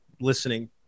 listening